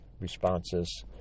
responses